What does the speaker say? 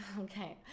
Okay